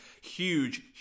huge